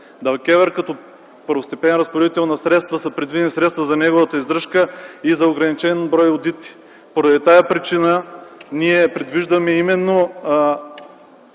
На ДКЕВР като първостепенен разпоредител на средства са предвидени средства за неговата издръжка и за ограничен брой одити. По тази причина ние предвиждаме именно